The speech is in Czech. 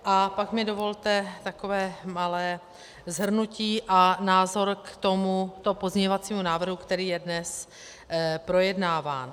A pak mi dovolte takové malé shrnutí a názor k tomuto pozměňovacímu návrhu, který je dnes projednáván.